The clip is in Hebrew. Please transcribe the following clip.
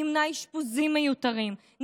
נמנע אשפוזים מיותרים,